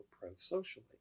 pro-socially